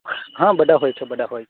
હા બધા હોય છે બધા હોય છે